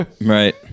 Right